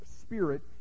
spirit